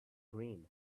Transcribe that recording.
green